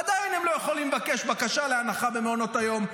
עדיין הם לא יוכלו לבקש בקשה להנחה במעונות היום.